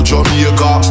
Jamaica